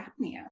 apnea